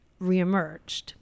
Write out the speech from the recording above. reemerged